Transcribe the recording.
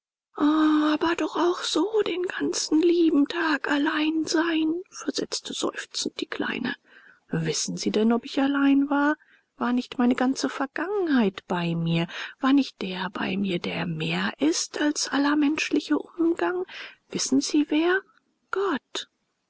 aber doch auch so den ganzen lieben tag allein sein versetzte seufzend die kleine wissen sie denn ob ich allein war war nicht meine ganze vergangenheit bei mir war nicht der bei mir der mehr ist als aller menschliche umgang wissen sie wer gott